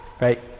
Right